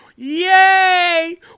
Yay